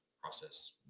process